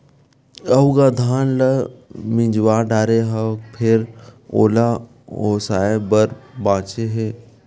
अउ गा धान ल मिजवा डारे हव फेर ओला ओसाय बर बाचे हे